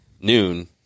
noon